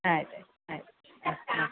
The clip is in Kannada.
ಆಯ್ತು ಆಯ್ತು ಹಾಂ ಹಾಂ